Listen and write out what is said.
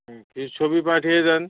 হুম কিছু ছবি পাঠিয়ে দেন